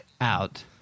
out